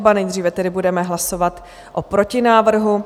Nejdříve tedy budeme hlasovat o protinávrhu.